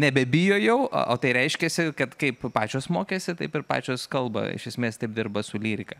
nebebijo jau o tai reiškiasi kad kaip pačios mokėsi taip ir pačios kalba iš esmės taip dirba su lyrika